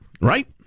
right